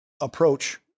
approach